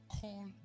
call